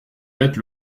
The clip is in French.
mette